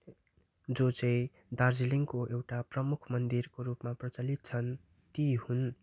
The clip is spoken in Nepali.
जो चाहिँ दार्जिलिङको एउटा प्रमुख मन्दिरको रूपमा प्रचलित छन् ती हुन्